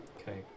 Okay